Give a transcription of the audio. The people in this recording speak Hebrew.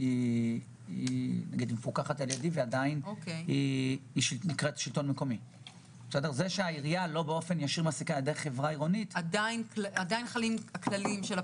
על הדברים האלה אנחנו מסתכלים דרך השכר